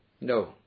No